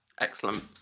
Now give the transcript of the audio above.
Excellent